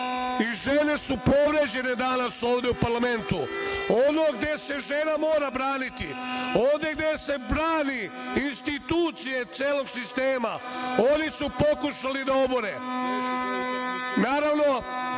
i žene su povređene danas ovde u parlamentu. Ono gde se žena mora braniti, ono gde se brane institucije celog sistema oni su pokušali da obore. Naravno,